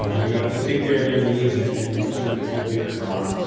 ah you have to take care of their needs and and make sure they do their job.